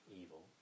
evil